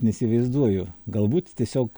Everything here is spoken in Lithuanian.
neįsivaizduoju galbūt tiesiog